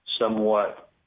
somewhat